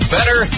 Better